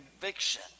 conviction